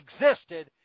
existed